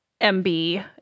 MB